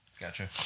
Gotcha